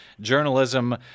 Journalism